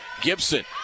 Gibson